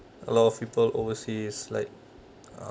a lot of people overseas like uh